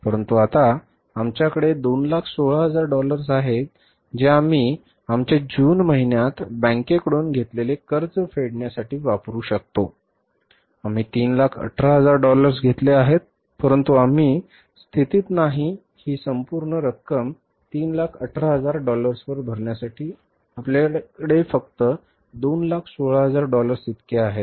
परंतु आता आमच्याकडे 216000 डॉलर्स आहेत जे आम्ही आमच्या जून महिन्यात बँकेकडून घेतलेले कर्ज फेडण्यासाठी वापरून शकतो आम्ही 318000 डॉलर्स घेतले आहेत परंतु आम्ही स्थितीत नाही ही संपूर्ण रक्कम 318000 डॉलर्सवर भरण्यासाठी आपल्याकडे फक्त 216000 डॉलर्स इतके आहेत